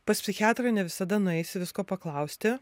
pas psichiatrą ne visada nueisi visko paklausti